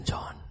John